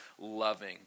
loving